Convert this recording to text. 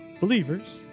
believers